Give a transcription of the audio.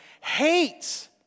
hates